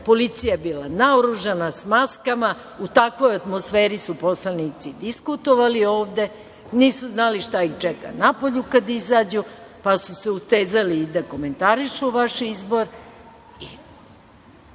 Policija je bila naoružana sa maskama. U takvoj atmosferi su poslanici diskutovali ovde. Nisu znali šta ih čeka napolju kada izađu pa su se ustezali i da komentarišu vaš izbor. Ne